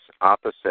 opposite